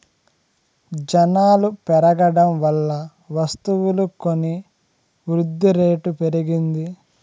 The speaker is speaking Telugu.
జనాలు పెరగడం వల్ల వస్తువులు కొని వృద్ధిరేటు పెరిగింది